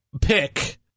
pick